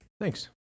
Thanks